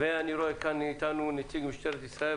רואה כאן איתנו נציג משטרת ישראל,